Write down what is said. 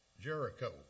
Jericho